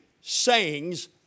sayings